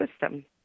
system